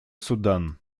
судан